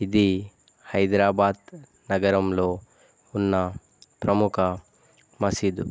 ఇది హైదరాబాద్ నగరంలో ఉన్న ప్రముఖ మసీదు